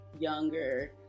younger